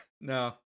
no